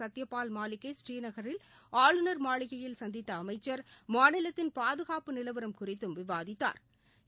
சத்யபால் மாலிக்கை ஸ்ரீநகரில் ஆளுநர் மாளிகையில் சந்தித்த அமைச்சர் மாநிலத்தின் பாதுகாப்பு நிலவரம் குறித்து விவாதித்தாா்